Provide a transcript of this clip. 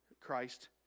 Christ